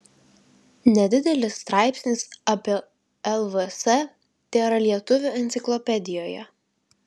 nedidelis straipsnis apie lvs tėra lietuvių enciklopedijoje